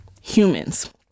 humans